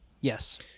Yes